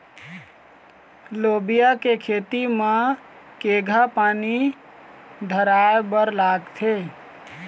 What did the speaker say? लोबिया के खेती म केघा पानी धराएबर लागथे?